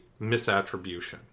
misattribution